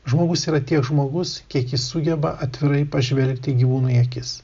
žmogus yra tiek žmogus kiek jis sugeba atvirai pažvelgti gyvūnui į akis